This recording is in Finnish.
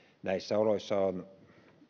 näissä oloissa on